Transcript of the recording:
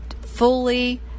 fully